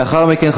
לאחר מכן,